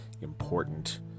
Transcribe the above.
important